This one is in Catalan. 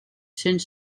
cents